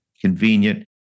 Convenient